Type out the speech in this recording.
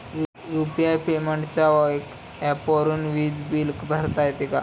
UPI पेमेंटच्या ऍपवरुन वीज बिल भरता येते का?